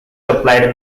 applied